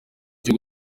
cyo